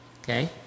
okay